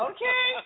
Okay